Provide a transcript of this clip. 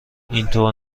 اینطور